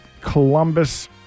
Columbus